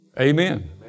Amen